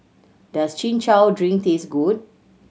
does Chin Chow drink taste good